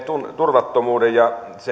turvattomuudentunne ja